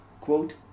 quote